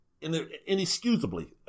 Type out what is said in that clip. inexcusably